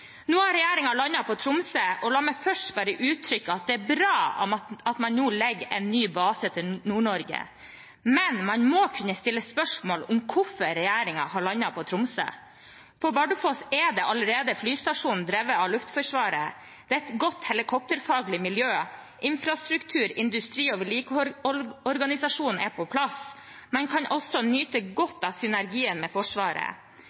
Nå har regjeringen landet på Tromsø, og la meg først bare uttrykke at det er bra at man nå legger en ny base til Nord-Norge. Men man må kunne stille spørsmål om hvorfor regjeringen har landet på Tromsø. På Bardufoss er det allerede en flystasjon drevet av Luftforsvaret. Det er et godt helikopterfaglig miljø, infrastruktur, industri- og vedlikeholdsorganisasjonen er på plass. Man kan også nyte godt av synergien med Forsvaret.